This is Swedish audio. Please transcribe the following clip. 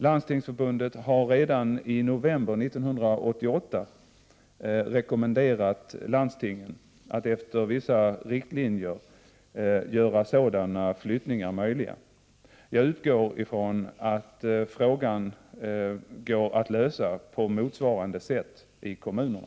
Landstingsförbundet har redan i november 1988 rekommenderat landstingen att efter vissa riktlinjer göra sådana flyttningar möjliga. Jag utgår ifrån att frågan går att lösa på motsvarande sätt i kommunerna.